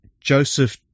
Joseph